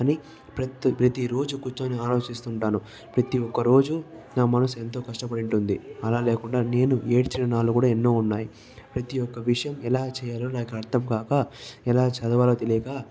అని ప్రతి ప్రతిరోజు కూర్చొని ఆలోచిస్తూ ఉంటాను ప్రతి ఒక్క రోజు నా మనసు ఎంతో కష్టపడి ఉంటుంది అలాకాకుండా నేను ఏడ్చిన నాళ్ళు కూడా ఎన్నో ఉన్నాయి ప్రతి ఒక్క విషయం ఎలా చేయాలో నాకు అర్థం కాక ఎలా చదవాలో తెలియక